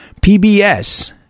PBS